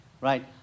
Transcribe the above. right